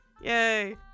Yay